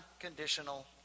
unconditional